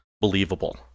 believable